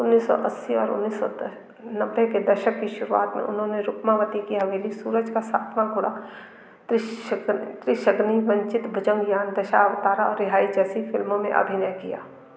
उन्नीस सौ अस्सी और उन्नीस सौ नब्बे के दशक की शुरुआत में उन्होंने रुक्मावती की हवेली सूरज का सातवाँ घोड़ा त्रिसग त्रिशगनी वंचित भुजंगय्यान दशावतारा और रिहाई जैसी फिल्मों में अभिनय किया